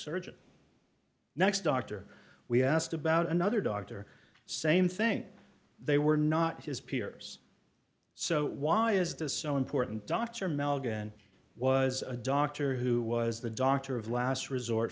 surgeon next doctor we asked about another doctor same thing they were not his peers so why is this so important dr melvin was a doctor who was the doctor of last resort